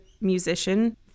musician